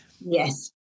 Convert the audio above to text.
yes